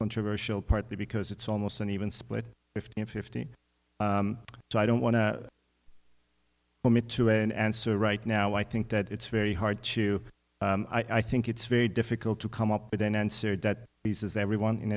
controversial partly because it's almost an even split fifty fifty so i don't want to commit to an answer right now i think that it's very hard to i think it's very difficult to come up with an answer that this is everyone in